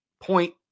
point